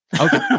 okay